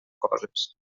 coses